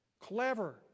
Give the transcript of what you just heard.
Clever